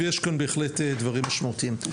ויש כאן בהחלט דברים משמעותיים.